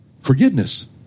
forgiveness